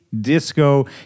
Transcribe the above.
disco